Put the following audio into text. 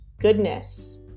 goodness